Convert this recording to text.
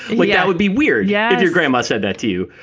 well, yeah, it would be weird. yeah. your grandma said that to you,